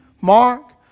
Mark